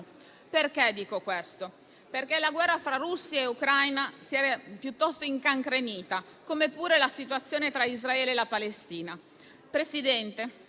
Perché dico questo? La guerra fra Russia e Ucraina si è piuttosto incancrenita, come pure la situazione tra Israele e Palestina.